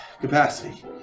capacity